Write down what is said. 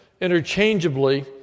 interchangeably